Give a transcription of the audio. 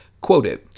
Quoted